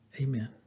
Amen